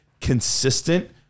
consistent